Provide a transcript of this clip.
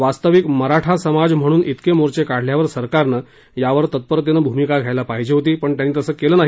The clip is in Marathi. वास्तविक मराठा समाज म्हणून इतके मोर्चे काढल्यावर सरकारनं ह्यावर तत्परतेनं भूमिका घ्यायला पाहिजे होती पण त्यांनी तसं केलं नाही